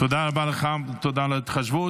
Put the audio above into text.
תודה רבה לך, תודה על ההתחשבות.